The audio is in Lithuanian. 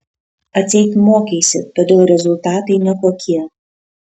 atseit mokeisi todėl rezultatai nekokie